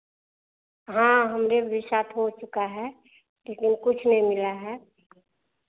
हाँ हमरे भी साथ हो चुका है लेकिन कुछ नहीं मिला है